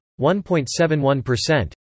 1.71%